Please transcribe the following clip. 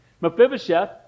Mephibosheth